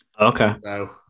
Okay